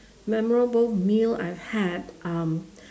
memorable meal I've had um